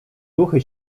duchy